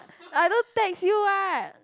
I also text you what